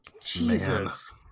Jesus